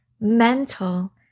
mental